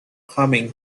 coming